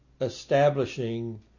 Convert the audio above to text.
establishing